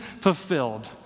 fulfilled